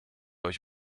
euch